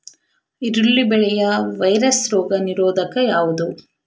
ಈರುಳ್ಳಿ ಬೆಳೆಯ ವೈರಸ್ ರೋಗ ನಿರೋಧಕ ಯಾವುದು?